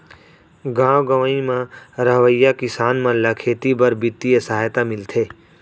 गॉव गँवई म रहवइया किसान मन ल खेती बर बित्तीय सहायता मिलथे